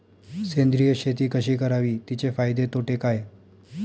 सेंद्रिय शेती कशी करावी? तिचे फायदे तोटे काय?